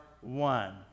one